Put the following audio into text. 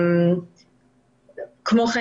כמו כן,